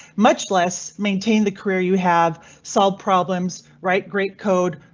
much less maintain the career you have solved problems, write great code,